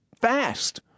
fast